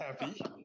happy